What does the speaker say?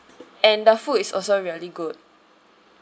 and the food is also really good